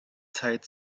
zeit